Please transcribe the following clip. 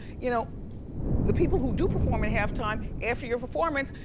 you know the people who do perform at halftime, after your performance,